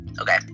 okay